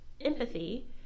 empathy